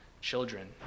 children